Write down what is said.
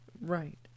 Right